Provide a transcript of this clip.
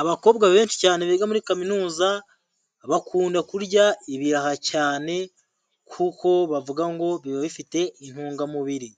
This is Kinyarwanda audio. Abakobwa benshi cyane biga muri kaminuza bakunda kurya ibiraha cyane kuko bavuga ngo biba bifite intungamubiri,